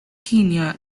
kenya